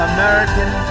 American